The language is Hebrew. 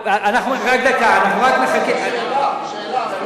אנחנו, רק דקה, אנחנו רק נחכה, שאלה, שאלה.